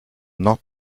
not